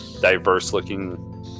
diverse-looking